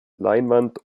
leinwand